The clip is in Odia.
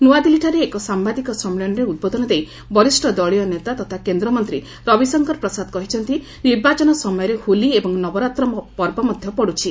ନୂଆଦିଲ୍ଲୀଠାରେ ଏକ ସାମ୍ଭାଦିକ ସମ୍ମିଳନୀରେ ଉଦ୍ବୋଧନ ଦେଇ ବରିଷ୍ଣ ଦଳୀୟ ନେତା ତଥା କେନ୍ଦ୍ରମନ୍ତ୍ରୀ ରବିଶଙ୍କର ପ୍ରସାଦ କହିଛନ୍ତି ନିର୍ବାଚନ ସମୟରେ ହୋଲି ଏବଂ ନବରାତ୍ର ପର୍ବ ମଧ୍ୟ ପଡୁଛି